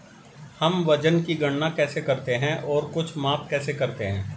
हम वजन की गणना कैसे करते हैं और कुछ माप कैसे करते हैं?